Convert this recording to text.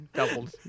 doubled